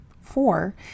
Four